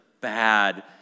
bad